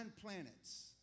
planets